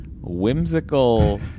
whimsical